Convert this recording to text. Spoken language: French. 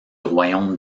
royaume